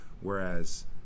whereas